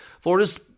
Florida's